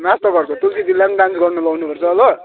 माथिल्लो घरको तुलसी दिदीलाई पनि डान्स गर्नु लाउनु पर्छ ल